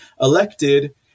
elected